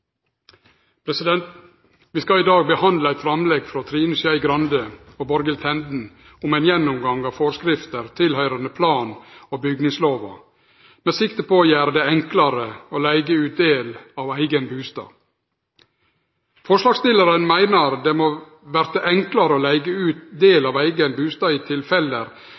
vedtatt. Vi skal i dag behandle eit framlegg frå Trine Skei Grande og Borghild Tenden om ein gjennomgang av forskrifter tilhøyrande plan- og bygningslova med sikte på å gjere det enklare å leige ut ein del av eigen bustad. Forslagsstillarane meiner det må verte enklare å leige ut ein del av eigen bustad i tilfelle